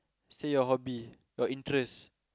say your hobby your interest